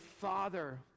Father